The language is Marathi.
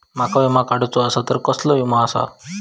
माका माझो विमा काडुचो असा तर कसलो विमा आस्ता?